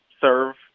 serve